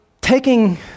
taking